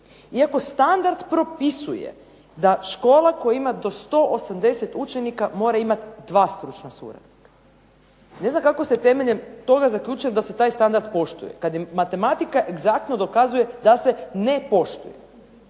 Iako standard propisuje da škola koja ima do 180 učenika mora imati 2 stručna suradnika. Ne znam kako ste temeljem toga zaključili da se taj standard poštuje kad matematika egzaktno dokazuje da se ne poštuje.